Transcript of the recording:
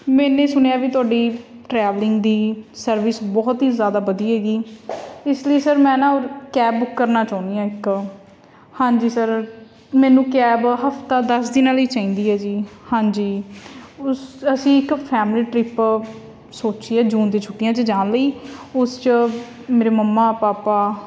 ਮੈਨੇ ਸੁਣਿਆ ਵੀ ਤੁਹਾਡੀ ਟਰੈਵਲਿੰਗ ਦੀ ਸਰਵਿਸ ਬਹੁਤ ਹੀ ਜ਼ਿਆਦਾ ਵਧੀਆ ਹੈਗੀ ਇਸ ਲਈ ਸਰ ਮੈਂ ਨਾ ਕੈਬ ਬੁੱਕ ਕਰਨਾ ਚਾਹੁੰਦੀ ਹਾਂ ਇੱਕ ਹਾਂਜੀ ਸਰ ਮੈਨੂੰ ਕੈਬ ਹਫ਼ਤਾ ਦਸ ਦਿਨਾਂ ਲਈ ਚਾਹੀਦੀ ਹੈ ਜੀ ਹਾਂਜੀ ਉਸ ਅਸੀਂ ਇੱਕ ਫੈਮਿਲੀ ਟਰਿੱਪ ਸੋਚੀ ਹੈ ਜੂਨ ਦੀ ਛੁੱਟੀਆਂ 'ਚ ਜਾਣ ਲਈ ਉਸ 'ਚ ਮੇਰੇ ਮੰਮਾ ਪਾਪਾ